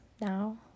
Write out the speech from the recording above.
now